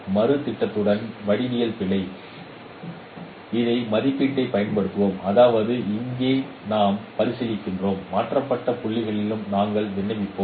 மறு திட்டத்துடன் வடிவியல் பிழை அதே மதிப்பீட்டைப் பயன்படுத்துவோம் அதாவது இங்கே நாம் பரிசீலிப்போம் மாற்றப்பட்ட புள்ளிகளிலும் நாங்கள் விண்ணப்பிப்போம்